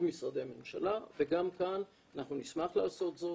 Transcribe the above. משרדי ממשלה וגם כאן אנחנו נשמח לעשות זאת,